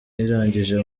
irangije